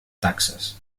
taxes